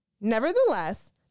Nevertheless